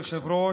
כבוד היושב-ראש,